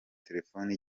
telephone